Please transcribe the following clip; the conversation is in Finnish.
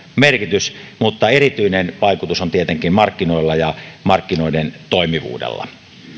merkitys mutta erityinen vaikutus on tietenkin markkinoilla ja markkinoiden toimivuudella